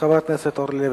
חברת הכנסת אורלי לוי